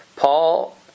Paul